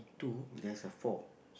there's a four